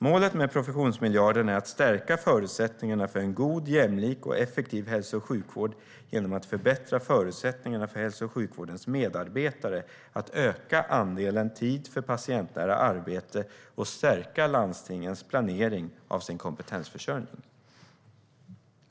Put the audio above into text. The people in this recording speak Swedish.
Målet med professionsmiljarden är att stärka förutsättningarna för en god, jämlik och effektiv hälso och sjukvård genom att förbättra förutsättningarna för hälso och sjukvårdens medarbetare att öka andelen tid för patientnära arbete och stärka landstingens planering av sin kompetensförsörjning.